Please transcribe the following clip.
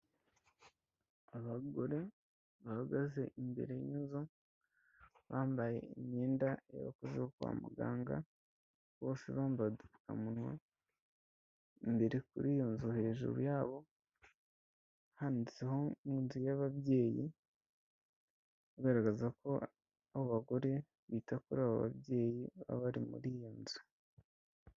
Abagore bahagaze imbere y'inzu bambaye imyenda y'abakozi bo kwa muganga, bose bambaye udupfukamunwa, imbere kuri iyo nzu hejuru yabo handitseho inzu y'ababyeyi, bigaragaza ko abo bagore bita kuri abo babyeyi baba bari muri iyo nzu.